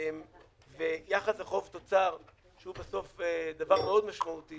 יחס חוב-תוצר, שהוא בסוף דבר מאוד משמעותי